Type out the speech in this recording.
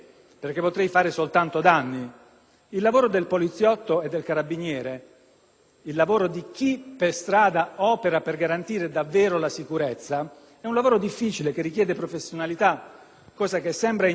il lavoro di chi per strada opera per garantire davvero la sicurezza è un lavoro difficile, che richiede professionalità, cosa che sembra ignorare chi ha redatto questa norma, ma che non ignorano